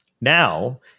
now